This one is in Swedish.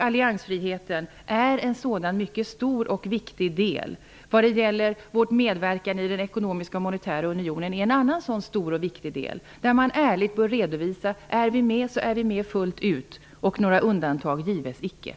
Alliansfriheten är en mycket stor och viktig fråga. När det gäller vår medverkan i den ekonomiska och monetära unionen bör man också ärligt redovisa att vi är med fullt ut om vi är med och att några undantag icke medgives.